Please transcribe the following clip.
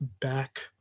back